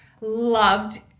loved